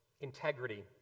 integrity